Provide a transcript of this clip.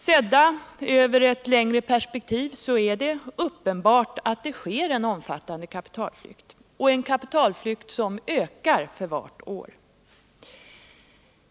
Sett över ett längre perspektiv är det också uppenbart att det sker en omfattande kapitalflykt, som ökar för varje år.